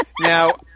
now